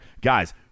guys